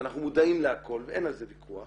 ואנחנו מודעים להכל ואין על זה ויכוח.